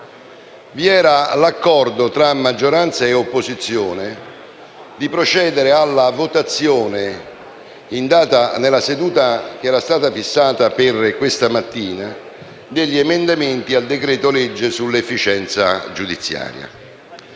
Vi era l'accordo tra maggioranza e opposizione di procedere alla votazione, nella seduta che era stata fissata per questa mattina, degli emendamenti al decreto-legge sull'efficienza giudiziaria.